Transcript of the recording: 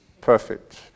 perfect